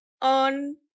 on